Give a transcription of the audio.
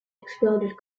exploded